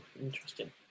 interesting